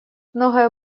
многое